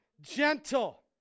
Gentle